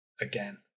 Again